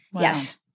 Yes